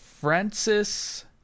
Francis